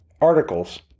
Articles